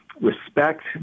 respect